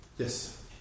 Yes